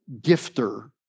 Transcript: gifter